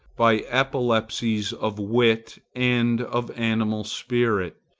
by epilepsies of wit and of animal spirits,